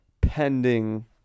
pending